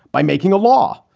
by making a law,